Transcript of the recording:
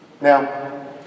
Now